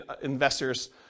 investors